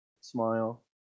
smile